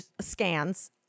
scans